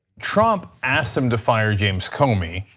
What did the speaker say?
trump asked him to fire james comey,